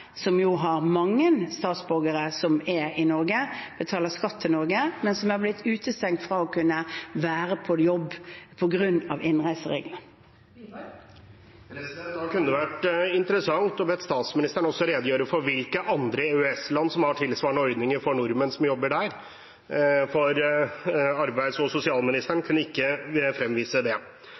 som jo har mange statsborgere som er i Norge, og betaler skatt til Norge, men som er blitt utestengt fra å kunne være på jobb på grunn av innreisereglene. Erlend Wiborg – til oppfølgingsspørsmål. Da kunne det vært interessant å be statsministeren også å redegjøre for hvilke andre EØS-land som har tilsvarende ordninger for nordmenn som jobber der, for arbeids- og sosialministeren kunne ikke fremvise det.